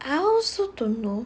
I also don't know